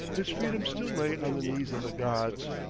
his freedom still lay on the knees of the gods,